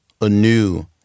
anew